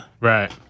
Right